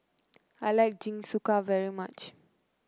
I like Jingisukan very much